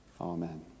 amen